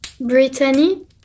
Brittany